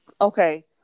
Okay